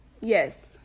Yes